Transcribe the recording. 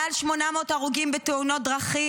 מעל 800 הרוגים בתאונות דרכים,